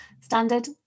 Standard